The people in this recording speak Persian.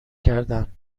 کردن